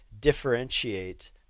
differentiate